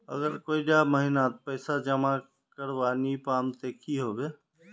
अगर कोई डा महीनात पैसा जमा करवा नी पाम ते की होबे?